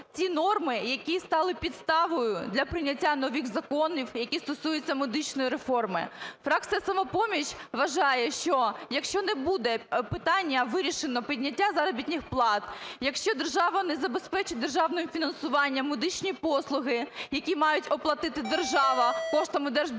ці норми, які стали підставою для прийняття нових законів, які стосуються медичної реформи. Фракція "Самопоміч" вважає, що якщо не буде питання вирішено підняття заробітних плат, якщо держава не забезпечить державним фінансуванням медичні послуги, які має оплатити держава коштами держбюджету,